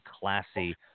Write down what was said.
classy